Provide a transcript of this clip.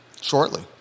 shortly